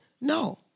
No